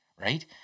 right